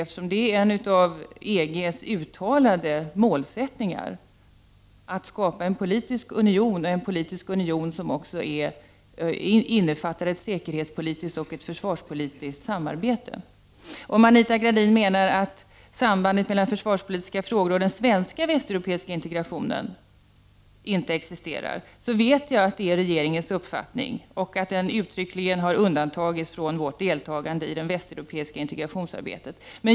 Det är nämligen en av EG:s uttalade målsättningar att skapa en politisk union — en politisk union som också innefattar ett säkerhetspolitiskt och försvarspolitiskt samarbete. Om Anita Gradin i stället åsyftar att sambandet mellan försvarspolitiska frågor och den svenska västeuropeiska integrationen inte existerar, vet jag att det är regeringens uppfattning och att detta uttryckligen har undantagits från vårt deltagande i det västeuropeiska intergrationsarbetet.